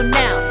now